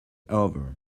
over